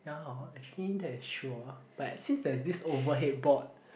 ya hor actually that is true hor but since there's this overhead board